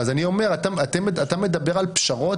אז אני אומר, אתה מדבר על פשרות?